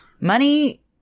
Money